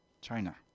China